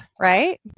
right